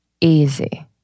Easy